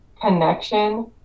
connection